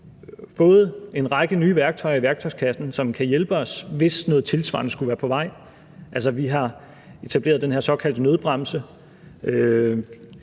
fået en række nye værktøjer i værktøjskassen, som kan hjælpe os, hvis noget tilsvarende skulle være på vej: Vi har etableret den her såkaldte nødbremse.